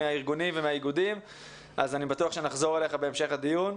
מהארגונים והאגודים ואני בטוח שנחזור אליך בהמשך הדיון.